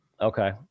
Okay